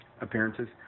appearances